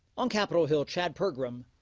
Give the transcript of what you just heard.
on capitol hill, chad pergram,